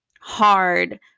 hard